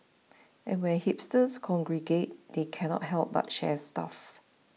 and when hipsters congregate they cannot help but share stuff